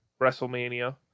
WrestleMania